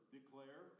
Declare